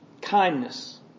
Kindness